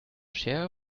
schere